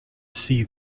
see